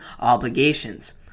obligations